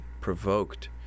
provoked